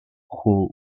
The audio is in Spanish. joo